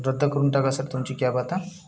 रद्द करून टाका सर तुमची कॅब आता